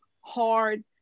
hard